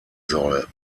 soll